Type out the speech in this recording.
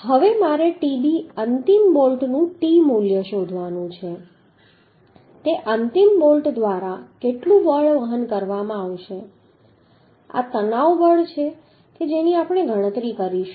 હવે મારે tb અંતિમ બોલ્ટનું t મૂલ્ય શોધવાનું છે તે અંતિમ બોલ્ટ દ્વારા કેટલું બળ વહન કરવામાં આવશે આ તણાવ બળ કે જેની આપણે ગણતરી કરીશું